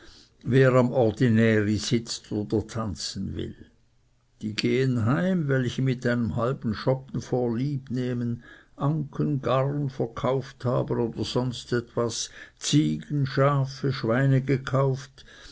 wer am ordinäri sitzt oder tanzen will die gehen heim welche mit einem halben schoppen vorlieb nehmen anken garn verkauft haben oder sonst etwas ziegen schafe schweine gekauft